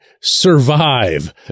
survive